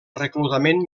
reclutament